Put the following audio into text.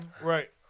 Right